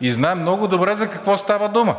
и знае много добре за какво става дума!